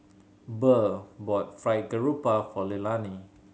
Burr bought Fried Garoupa for Leilani